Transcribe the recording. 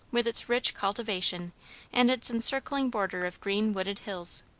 with its rich cultivation and its encircling border of green wooded hills.